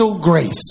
grace